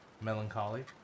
Melancholy